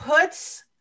puts